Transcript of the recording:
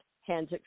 hands